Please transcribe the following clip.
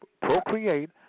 procreate